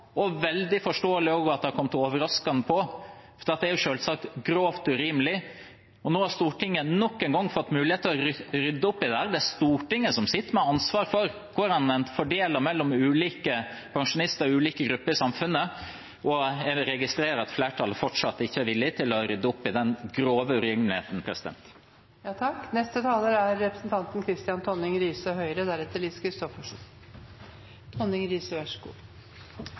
det er selvsagt grovt urimelig. Nå har Stortinget nok en gang fått mulighet til å rydde opp i dette. Det er Stortinget som sitter med ansvaret for hvordan en fordeler mellom ulike pensjonister og ulike grupper i samfunnet. Jeg registrerer at flertallet fortsatt ikke er villig til å rydde opp i den grove urimeligheten. Representanten Lundteigen har hengt seg opp i at jeg under debatten den 12. mars i fjor, da vi debatterte saken sist, brukte begrepet «tilsiktet urett». Det er